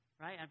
Right